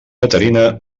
caterina